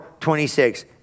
26